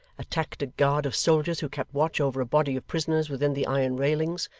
attacked a guard of soldiers who kept watch over a body of prisoners within the iron railings,